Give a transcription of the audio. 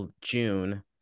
June